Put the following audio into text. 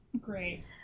Great